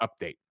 update